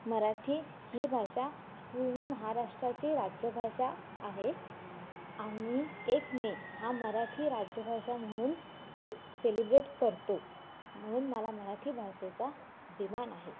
मराठी ही भाषा पूर्ण महाराष्ट्राची राज्यभाषा आहे आम्ही एक मे हा मराठी राज्यभाषा म्हणून से सेलिब्रेट करतो म्हणून मला मराठी भाषेचा अभिमान आहे